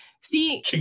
See